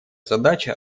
задача